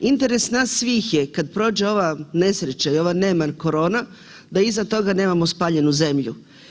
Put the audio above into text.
Interes nas svih je kad prođe ova nesreća i ova neman korona da iza toga nemamo spaljenu zemlju.